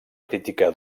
criticar